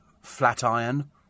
Flatiron